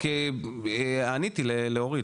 כי עניתי לאורית.